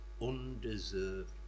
undeserved